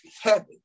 heaven